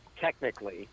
technically